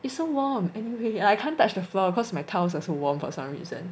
it's so warm anyway and I can't touch the floor because my tiles are so warm for some reason